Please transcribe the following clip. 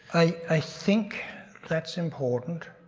i think that's important.